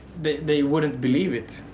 they wouldn't believe it.